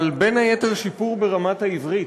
אבל בין היתר, שיפור ברמת העברית,